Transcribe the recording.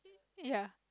ya